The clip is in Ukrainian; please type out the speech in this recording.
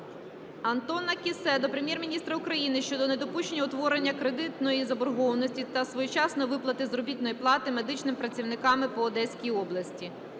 Антона Кіссе до Прем'єр-міністра України щодо недопущення утворення кредитної заборгованості та своєчасної виплати заробітної плати медичним працівникам по Одеській області.